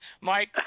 Mike